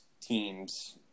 teams